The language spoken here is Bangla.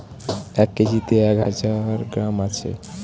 এক কেজিতে এক হাজার গ্রাম আছে